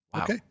Okay